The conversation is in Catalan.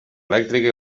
elèctrica